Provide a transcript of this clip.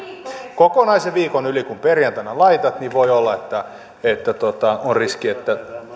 kokonaisen viikon yli kun perjantaina laitat niin voi olla että on riski että